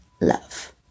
love